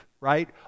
right